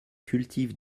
cultivent